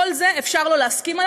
על כל זה אפשר לא להסכים,